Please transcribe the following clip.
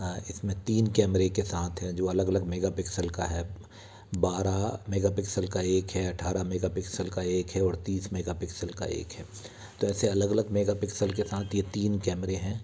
इसमें तीन कैमरे के साथ है जो अलग अलग मेगापिक्सल का है बारह मेगापिक्सल का एक है अठारह मेगापिक्सल का एक है और तीस मेगापिक्सल का एक है तो ऐसे अलग अलग मेगापिक्सल के साथ ये तीन कैमरे हैं